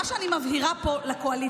מה שאני מבהירה פה לקואליציה,